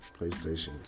PlayStation